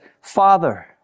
Father